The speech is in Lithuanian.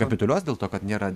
kapituliuos dėl to kad nėra